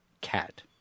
cat